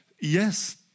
yes